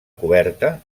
coberta